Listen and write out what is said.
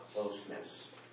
closeness